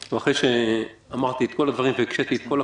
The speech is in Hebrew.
אחרי שאמרתי את כל הדברים והקשיתי את כל הקושיות,